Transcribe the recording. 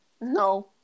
No